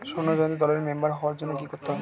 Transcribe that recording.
স্বর্ণ জয়ন্তী দলের মেম্বার হওয়ার জন্য কি করতে হবে?